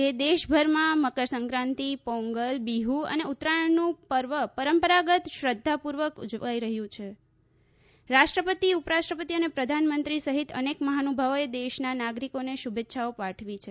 આજે દેશભરમાં મકરસંક્રાંતિ પોંગલ બિહુ અને ઉત્તરાયણનું પર્વ પરંપરાગત શ્રધ્ધાપૂર્વક ઉજવાઇ રહ્યું છે રાષ્ટ્રપતિ ઉપરાષ્ટ્રપતિ અને પ્રધાનમંત્રી સહિત અનેક મહાનુભાવોચે દેશના નાગરિકોને શુભેચ્છાઓ પાછવી છે